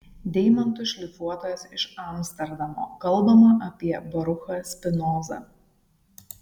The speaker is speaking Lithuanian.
deimantų šlifuotojas iš amsterdamo kalbama apie baruchą spinozą